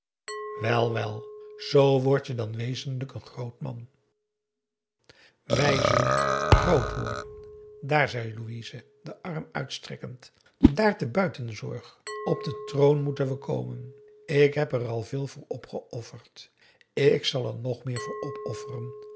wel wel zoo wordt je dan wezenlijk een groot man wij zullen groot worden dààr zei louise den arm uitstrekkend dààr te buitenzorg op den troon moeten we komen ik heb er al veel voor opgeofferd ik zal er nog meer voor opofferen